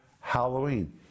Halloween